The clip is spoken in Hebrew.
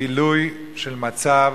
גילוי של מצב